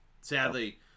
sadly